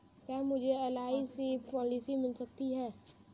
क्या मुझे LIC policy मिल सकती है?